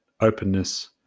openness